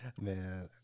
man